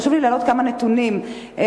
חשוב לי להעלות כמה נתונים מזעזעים.